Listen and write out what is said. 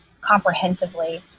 comprehensively